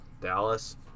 Dallas